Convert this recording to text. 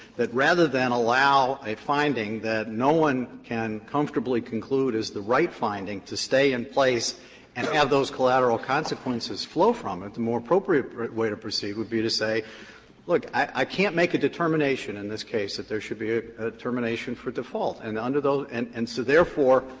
that rather than allow a finding that no one can comfortably conclude is the right finding to stay in place and have those collateral consequences flow from it, the more appropriate way to proceed would be to say look, i can't make a determination in this case that there should be ah a termination for default. and under those and and so therefore,